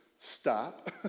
stop